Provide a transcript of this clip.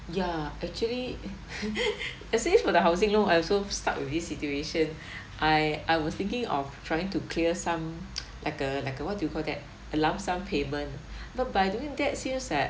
ya actually let's say for the housing loan I also stuck with this situation I I was thinking of trying to clear some like uh like uh what do you call that a lump sum payment but by doing that seems that